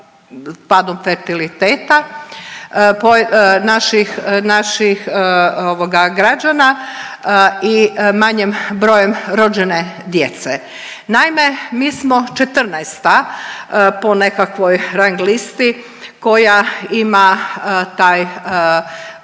padom fertiliteta naših građana i manjim brojem rođene djece. Naime, mi smo 14 po nekakvoj rang listi koja ima taj